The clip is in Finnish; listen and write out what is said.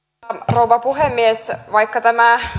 rouva puhemies vaikka tämä